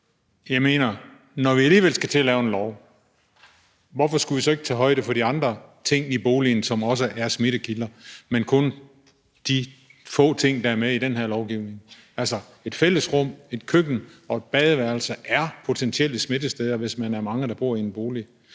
Jeg mener: Når vi alligevel skal til at lave en lov, hvorfor skulle vi så ikke tage højde for de andre ting i boligen, som også er smittekilder, i stedet for kun at tage højde for de få ting, der er med i den her lovgivning? Altså, et fællesrum, et køkken og et badeværelse er potentielle smittesteder, hvis man er mange, der bor i en bolig.